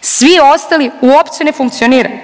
svi ostali uopće ne funkcioniraju.